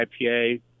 IPA